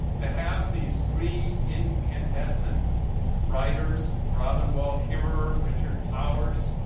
to have these three incandescent writers robin wall kimmerer, richard powers,